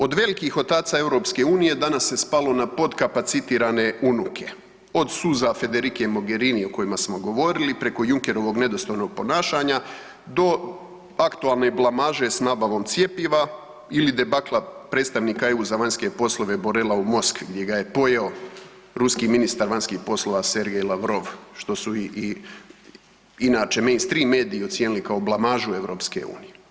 Od velikih otaca EU danas se spalo na potkapacitirane unuke od suza Federike Mogerini o kojima smo govorili preko Junckerovog nedostojnog ponašanja do aktualne blamaže s nabavom cjepiva ili debakla predstavnika za vanjske poslove Borela u Moskvi gdje ga je pojeo ruski ministar vanjskih poslova Sergej Lavrov, što su i inače mainstream mediji ocijeni kao blamažu EU.